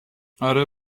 آره